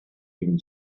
even